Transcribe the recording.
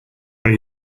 are